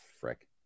frick